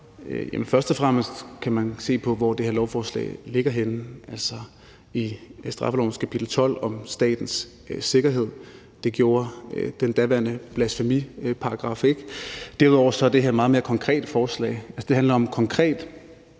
Først og fremmest kan man se på, hvor det her lovforslag ligger henne, altså i straffelovens kapitel 12 om statens sikkerhed. Det gjorde den daværende blasfemiparagraf ikke. Derudover er det her et meget mere konkret forslag. Det handler konkret